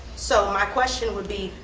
so my question would be,